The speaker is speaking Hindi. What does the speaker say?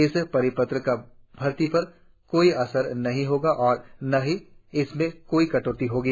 इस परिपत्र का भर्ती पर कोई असर नहीं होगा और न ही इसमें कोई कटौती होगी